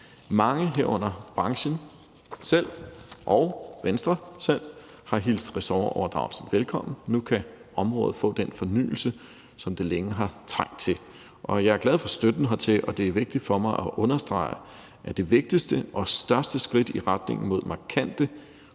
Mange, herunder branchen selv og Venstre, har hilst ressortoverdragelsen velkommen, for nu kan området få den fornyelse, som det længe har trængt til. Jeg er glad for støtten hertil, og det er vigtigt for mig at understrege, at det vigtigste og største skridt i retning mod markante